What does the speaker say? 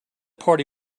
party